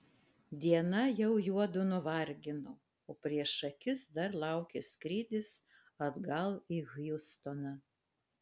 diena jau juodu nuvargino o prieš akis dar laukė skrydis atgal į hjustoną